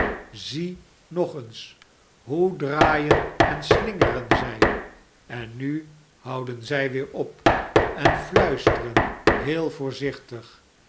zie nog eens hoe draaien en slingeren zij en nu houden zij weer op en fluisteren heel voorzichtig